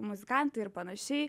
muzikantai ir panašiai